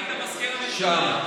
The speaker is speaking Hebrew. היית מזכיר הממשלה,